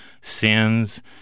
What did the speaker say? sins